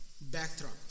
backdrop